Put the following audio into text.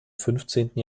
fünfzehnten